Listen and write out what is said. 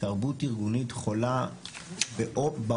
תרבות ארגונית חולה בעומק,